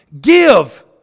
Give